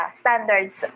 standards